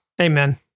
Amen